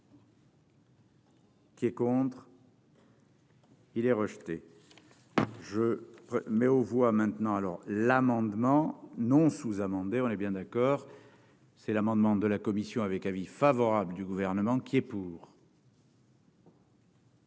Qui est contre. Il est rejeté, je mets aux voix maintenant alors l'amendement non sous-amendé, on est bien d'accord. C'est l'amendement de la commission avec avis favorable du gouvernement qui est pour.